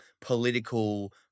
political